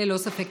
ללא ספק.